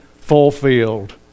fulfilled